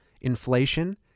inflation